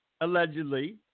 allegedly